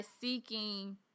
seeking